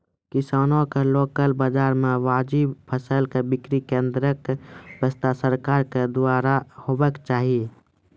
किसानक लोकल बाजार मे वाजिब फसलक बिक्री केन्द्रक व्यवस्था सरकारक द्वारा हेवाक चाही?